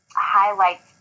Highlights